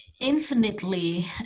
infinitely